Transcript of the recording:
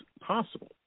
possible